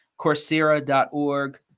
Coursera.org